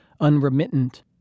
unremittent